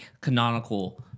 canonical